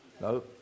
No